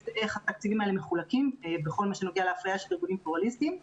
איך התקציבים האלה מחולקים בכל מה שנוגע לאפליה של ארגונים פלורליסטים,